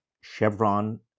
Chevron